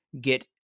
get